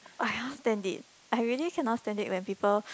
oh I cannot stand it I really cannot stand it when people